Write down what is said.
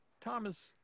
Thomas